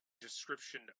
description